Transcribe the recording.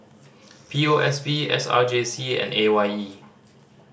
P O S B S R J C and A Y E